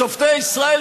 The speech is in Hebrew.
לשופטי ישראל,